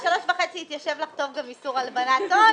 השלוש שנים וחצי יתיישב לך טוב גם עם איסור הלבנת הון,